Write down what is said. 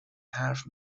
حرف